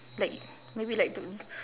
like maybe like to